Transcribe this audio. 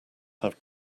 have